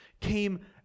came